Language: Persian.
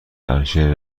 عرشه